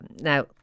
now